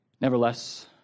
Nevertheless